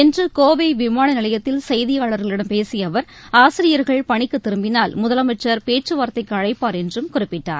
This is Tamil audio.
இன்று கோவை விமான நிலையத்தில் செய்தியாளர்களிடம் பேசிய அவர் ஆசிரியர்கள் பணிக்கு திரும்பினால் முதலமைச்சர் பேச்சுவார்த்தைக்கு அழைப்பார் என்றும் குறிப்பிட்டார்